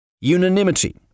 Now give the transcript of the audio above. unanimity